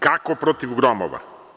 Kako protiv gromova?